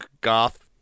goth